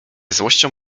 złością